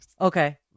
Okay